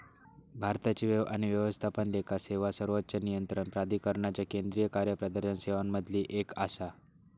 भारताची व्यय आणि व्यवस्थापन लेखा सेवा सर्वोच्च नियंत्रण प्राधिकरणाच्या केंद्रीय कार्यप्रदर्शन सेवांमधली एक आसा